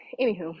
anywho